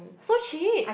so cheap